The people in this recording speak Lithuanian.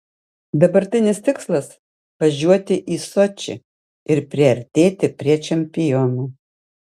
dabartinis tikslas važiuoti į sočį ir priartėti prie čempionų